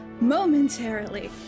momentarily